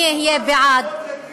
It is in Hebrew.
אני אהיה בעד.